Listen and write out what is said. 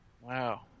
Wow